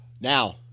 Now